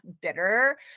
bitter